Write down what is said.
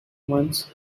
ones